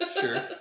Sure